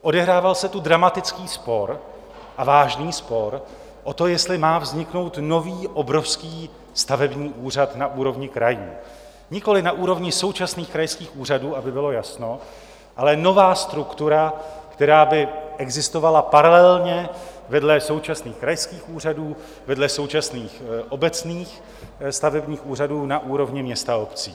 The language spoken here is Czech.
Odehrával se tu dramatický spor a vážný spor o to, jestli má vzniknout nový obrovský stavební úřad na úrovni krajů nikoli na úrovni současných krajských úřadů, aby bylo jasno, ale nová struktura, která by existovala paralelně vedle současných krajských úřadů, vedle současných obecných stavebních úřadů na úrovni měst a obcí.